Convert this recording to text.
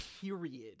period